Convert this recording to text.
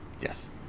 yes